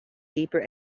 deeper